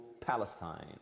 Palestine